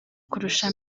kurusha